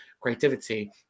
creativity